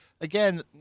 again